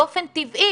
באופן טבעי,